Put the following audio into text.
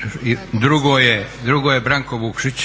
Šuker, drugo je Branko Vukšić,